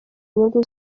nyungu